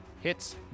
Hits